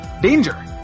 Danger